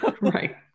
right